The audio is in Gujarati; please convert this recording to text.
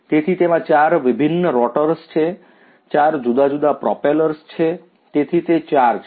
તેથી તેમાં ચાર વિભિન્ન રોટર્સ છે ચાર જુદા જુદા પ્રોપેલર્સ છે તેથી તે ચાર છે